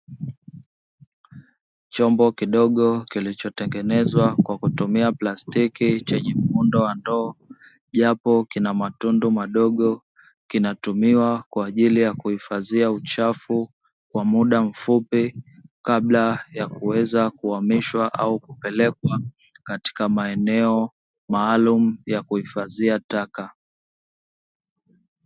Chombo kidogo kilichotengenezwa kwa kutumia plastiki, chenye muundo wa ndoo, japo kina matundu madogo kinatumiwa kwa ajili ya kuhifadhia uchafu kwa muda mfupi kabla ya kuweza kuhamishwa au kupelekwa katika maeneo maalumu ya kuhifadhia taka.